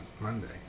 Monday